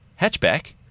hatchback